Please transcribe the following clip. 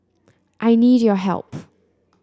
I need your help